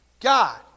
God